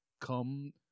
Come